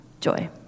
joy